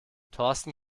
thorsten